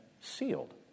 sealed